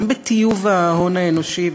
גם בטיוב ההון האנושי,